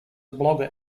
blogger